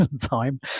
time